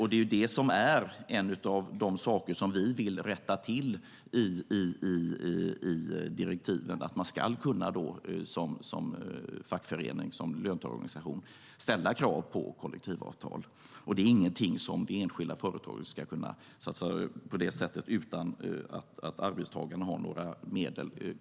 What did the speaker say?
Det är en av de saker vi vill rätta till i direktiven: Man ska som fackförening och löntagarorganisation kunna ställa krav på kollektivavtal. Det är ingenting det enskilda företaget ska kunna välja bort utan att arbetstagaren har några medel.